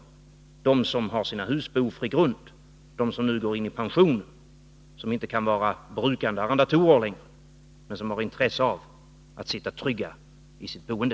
Jag avser alltså de människor som har sina hus på ofri grund och som nu går i pension och inte längre kan vara brukande arrendatorer men som har intresse av att sitta trygga i sitt boende.